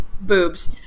boobs